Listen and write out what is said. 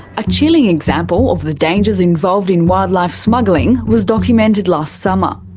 a chilling example of the dangers involved in wildlife smuggling was documented last summer.